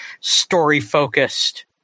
story-focused